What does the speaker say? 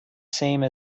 same